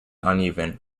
uneven